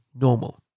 normal